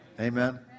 Amen